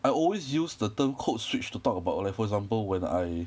I always use the term code switch to talk about like for example when I